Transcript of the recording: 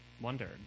wondered